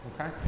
okay